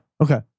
okay